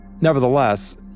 Nevertheless